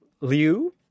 Liu